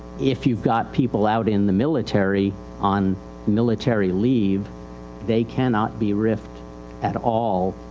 if youive got people out in the military on military leave they cannot be rifid at all,